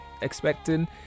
expecting